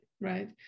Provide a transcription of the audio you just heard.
right